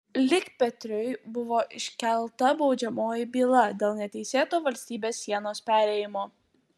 likpetriui buvo iškelta baudžiamoji byla dėl neteisėto valstybės sienos perėjimo